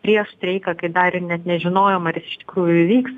prieš streiką kai dar net nežinojom ar iš tikrųjų įvyks